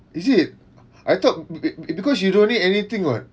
is it I thought be~ be~ because you don't need anything [what]